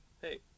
hey